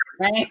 right